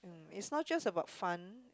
it's not just about fun